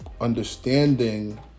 understanding